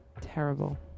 Terrible